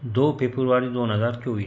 दो फेब्रुवारी दोन हजार चोवीस